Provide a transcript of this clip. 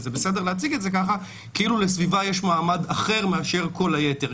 וזה בסדר להציג את זה ככה כאילו לסביבה יש מעמד אחר מאשר כל היתר.